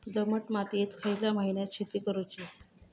दमट मातयेत खयल्या महिन्यात शेती करुची?